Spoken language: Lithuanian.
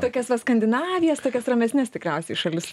tokias va skandinavijas tokias ramesnes tikriausiai šalis